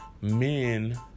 men